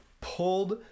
Pulled